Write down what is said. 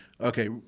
Okay